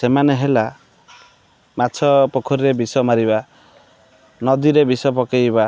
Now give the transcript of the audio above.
ସେମାନେ ହେଲା ମାଛ ପୋଖରୀରେ ବିଷ ମାରିବା ନଦୀରେ ବିଷ ପକାଇବା